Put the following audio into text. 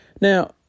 Now